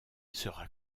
sera